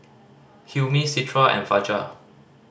Hilmi Citra and Fajar